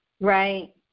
Right